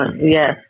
Yes